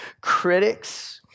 critics